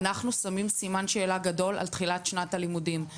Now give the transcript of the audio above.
אנחנו שמים סימן שאלה גדול על תחילת שנת הלימודים.